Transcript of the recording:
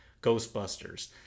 Ghostbusters